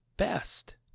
best